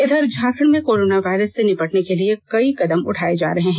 इधर झारखंड में corona virus से निपटने के लिए कई कदम उठाए जा रहे हैं